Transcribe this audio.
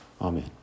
Amen